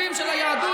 העיר.